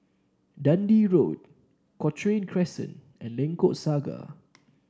Dundee Road Cochrane Crescent and Lengkok Saga